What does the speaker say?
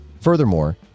Furthermore